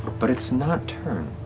but it's not turned.